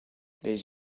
this